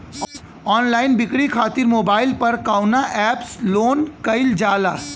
Online बिक्री खातिर mobile पर कवना एप्स लोन कईल जाला?